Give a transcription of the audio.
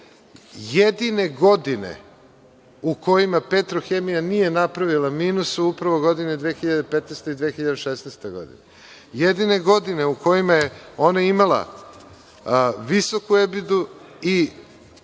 Jedine godine u kojima „Petrohemija“ nije napravila minus, su upravo godine, 2015. i 2016. godina. Jedine godine u kojima je ona imala visoku ebidu i